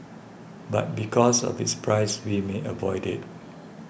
but because of its price we may avoid it